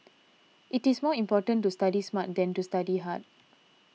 it is more important to study smart than to study hard